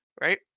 right